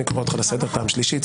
אני קורא אותך לסדר פעם שלישית.